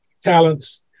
talents